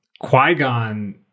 Qui-Gon